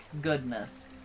goodness